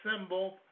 symbol